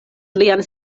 lian